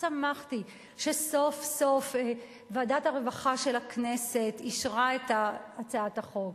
שמחתי שסוף-סוף ועדת הרווחה של הכנסת אישרה את הצעת החוק.